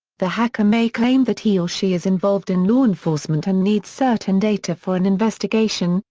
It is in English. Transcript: the hacker may claim that he or she is involved in law enforcement and needs certain data for an investigation,